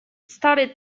started